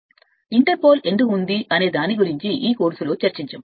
ఈ కోర్సు కోసం Interpol ఎందుకు ఉంది అనే దాని గురించి చర్చించదు